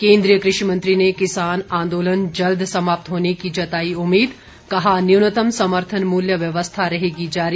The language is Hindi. केन्द्रीय कृषि मंत्री ने किसान आंदोलन जल्द समाप्त होने की जताई उम्मीद कहा न्यूनतम समर्थन मूल्य व्यवस्था रहेगी जारी